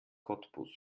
cottbus